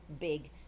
big